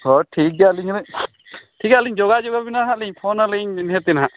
ᱦᱚᱭ ᱴᱷᱤᱠᱜᱮᱭᱟ ᱟᱹᱞᱤᱧ ᱴᱷᱤᱠᱜᱮᱭᱟ ᱟᱞᱤᱧ ᱡᱳᱜᱟᱡᱳᱜᱽ ᱟᱵᱤᱱᱟ ᱱᱟᱦᱟᱜᱞᱤᱧ ᱯᱷᱳᱱᱟᱞᱤᱧ ᱱᱤᱦᱟᱹᱛᱜᱮ ᱱᱟᱦᱟᱜ